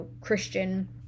Christian